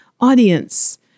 audience